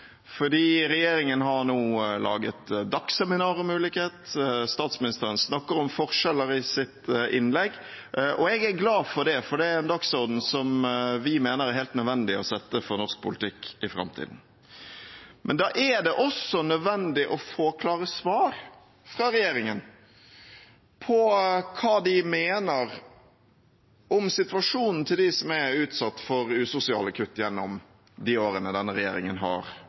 Regjeringen har laget dagsseminar om ulikhet, og statsministeren snakket om forskjeller i sitt innlegg, og jeg er glad for det, for det er en dagsorden som vi mener det er helt nødvendig å sette for norsk politikk i framtiden. Men da er det også nødvendig å få klare svar fra regjeringen om hva de mener om situasjonen for dem som er utsatt for usosiale kutt gjennom de årene denne regjeringen har